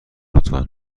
لطفا